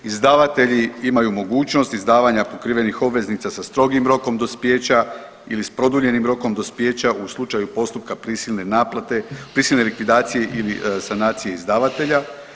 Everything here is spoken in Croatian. Izdavatelji imaju mogućnost izdavanja pokrivenih obveznica sa strogim rokom dospijeća ili s produljenim rokom dospijeća u slučaju postupka prisilne naplate, prisilne likvidacije ili sanacije izdavatelja.